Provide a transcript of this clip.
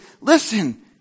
listen